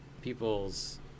people's